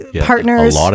partners